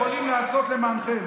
יכולים לעשות למענכם.